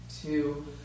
two